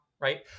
Right